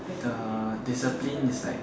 the discipline is like